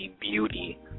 beauty